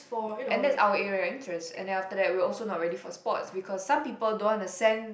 and that's our area of interest and then after that we also not ready for sports because some people don't want to send